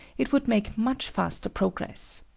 it would make much faster progress.